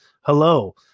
Hello